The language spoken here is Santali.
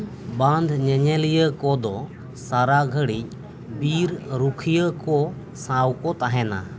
ᱵᱟᱸᱫᱷ ᱧᱮᱧᱮᱞᱤᱭᱟᱹ ᱠᱚᱫᱚ ᱥᱟᱨᱟ ᱜᱷᱟᱹᱲᱤᱡ ᱵᱤᱨ ᱨᱩᱠᱷᱤᱭᱟᱹ ᱠᱚ ᱥᱟᱶ ᱠᱚ ᱛᱟᱦᱮᱱᱟ